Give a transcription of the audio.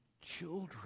children